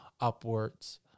upwards